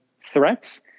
threats